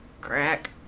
Crack